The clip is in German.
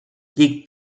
liegt